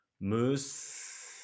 Moose